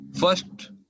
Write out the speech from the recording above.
first